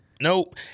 nope